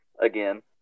again